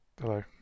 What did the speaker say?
Hello